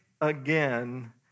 again